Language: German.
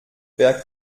wer